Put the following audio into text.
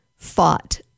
fought